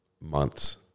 months